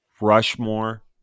Rushmore